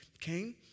came